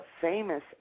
famous